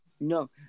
No